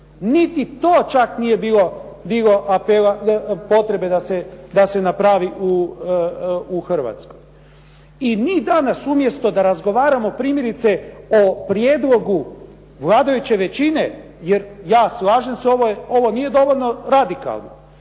Niti to čak nije bilo apela, potrebe da se napravi u Hrvatskoj. I mi danas umjesto da razgovaramo primjerice o prijedlogu vladajuće većine, jer ja slažem se ovo nije dovoljno radikalno